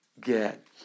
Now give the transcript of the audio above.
get